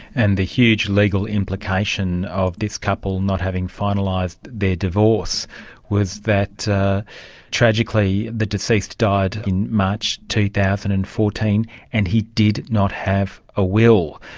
and the huge legal implication of this couple not having finalised their divorce was that tragically the deceased died in march two thousand and and fourteen and he did not have a will.